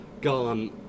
gone